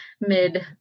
mid